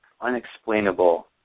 unexplainable